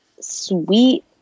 sweet